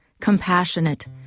compassionate